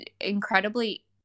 incredibly